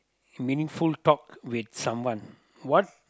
meaning talk with someone what